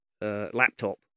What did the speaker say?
laptop